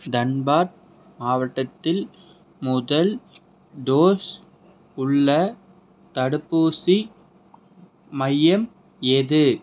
தன்பாத் மாவட்டத்தில் முதல் டோஸ் உள்ள தடுப்பூசி மையம் எது